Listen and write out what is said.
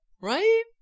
Right